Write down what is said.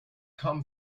come